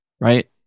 Right